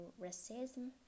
racism